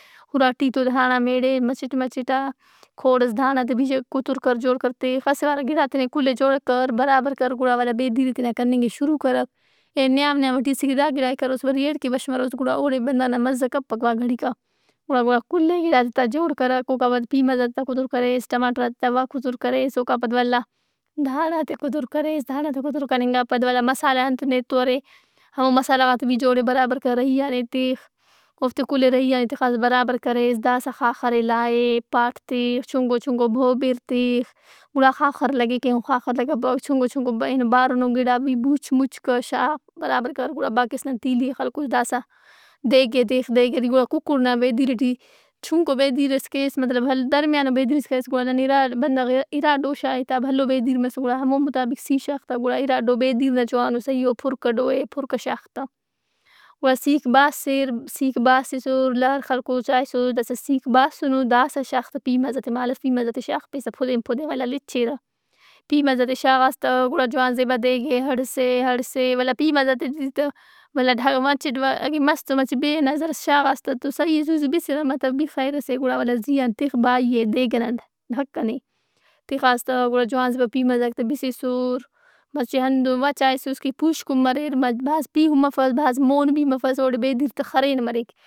اُرا ٹی ہمیڑے مچٹ مچٹ آ۔ کھوڑ ئس دانہ تے بھی کتر کر جوڑ کرتے۔ اسہ وارا گِڑات ئے تین کل ئے جوڑ کر برابر کر گُڑا ولدا بیدیر ئے تینا کننگ ئے شروع کرک۔ نیام نیام ئٹی اسیکہ دا گِڑا ئے کروس وری ایڑکہ بش مروس گُڑا اوڑے بندغ نا مزہ کپک واگڑیکا۔ وا ولدا کل ئے گِڑات ئے تہ جوڑ کرک۔ اوکا پد پیمازات ئے تا کُتر کریس۔ ٹماٹراتے تا وا کُتر کریس۔ اوکا پد ولدا داھنڑا تے کتر کریس۔ داھنڑات ئے کتر کننگ آن پد ولدا مسالحہ انت نے تو ارے۔ او مسالحہ غاتے بھی جوڑہِ برابر کر راہی آ نے تِخ۔ اوفتے کل ئے راہی آ نے تِخاس برابر کریس داسا خاخر ئے لائے۔ پاٹت ئےچُھنکو چھنکو بوبِرتِخ۔ گُڑا خاخر لگِّک ایہن خاخر لگپک۔ چھُنکو چھنکو بینُ- بارنو گِڑا بھی بُوچ مُوچ کہ شا برابر کر گُڑا باکس نا تیلی ئے خلکُس داسادیگ ئے تِخ۔ دیگ ئٹی گُڑا کُکڑ نا بیدیر ئٹی، چھنکو بیدیر ئس کیس مطلب ال- درمیانہ ؤ بیدیرئس کیس گُڑا ن- اِرا بندغ ئے اِرا ڈو شاغہِ تا۔ بھلو بیدیر مس گڑا ہمو مطابق سِی شاغ تا گُڑا اِرا ڈو بیدِیر نا جوانو صحیحیو پُر کہ ڈو ئے پُر کہ شاغ تا۔ گُڑا سِیک باسِر، سِِیک باسِسُر لار خلکُرچائسُس داسا سِیک باسُن او داساشاغ تا پیمازات ئے۔ مالوپیمازات ئے شاغپیسک پُدین پدین ولدا لِچّیرہ۔ پیمازات ئے شاغاس تا گُڑا جوان زیبا دیگ ئے ہڑسہ ہڑسہ ولدا پیمازات ئے ولدا مچٹ اگہ مس تو مچہ بے ئنا زرس شاغاس تا صحیح اے زُو زو بِسِرہ۔ متو بھی خیر ئس اے گُڑا ولدا زیّ آن تِخ بائی ئے دیگ ئنا تا ڈھکن ئے۔ تؐخاس تا گُڑا جوان زیبا پیمازاک تا بِسِسُر۔ بس چہ ہندن وا چائسُس کہ پُوشکُن مریر۔ بھاز پیہن مفس بھازمَون بھی مفس اوڑے بیدیرتا خرین مریک۔